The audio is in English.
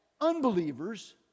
unbelievers